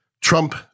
Trump